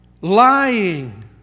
Lying